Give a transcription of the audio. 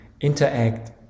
interact